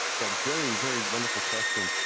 yeah um very, very wonderful question.